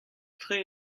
tre